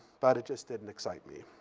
but it just didn't excite me.